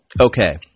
Okay